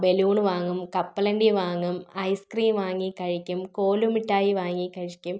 balloon വാങ്ങും കപ്പലണ്ടി വാങ്ങും ഐസ്ക്രീം വാങ്ങി കഴിക്കും കോലുമിഠായി വാങ്ങി കഴിക്കും